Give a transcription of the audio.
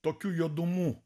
tokių juodumų